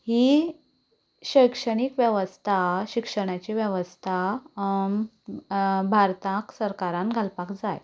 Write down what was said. ही शिक्षणीक वेवस्था शिक्षणाची वेवस्था भारताक सरकारान घालपाक जाय